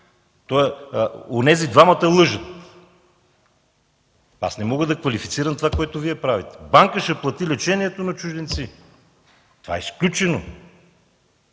абсурд! Онези двама лъжат. Аз не мога да квалифицирам това, което Вие правите. Банка ще плати лечението на чужденци?! Това е изключено!